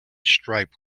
stripe